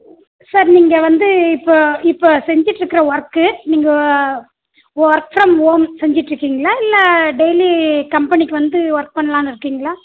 sir நீங்கள் வந்து இப்போது இப்போது செஞ்சுட்ருக்குற ஒர்க்கு நீங்கள் ஒர்க் ஃப்ரம் ஹோம் செஞ்சுட்டு இருக்கீங்களா இல்லை டெய்லி கம்பெனிக்கு வந்து ஒர்க் பண்ணலான்னு இருக்கீங்களா